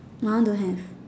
my one don't have